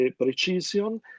precision